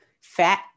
fat